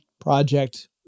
project